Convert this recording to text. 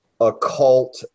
occult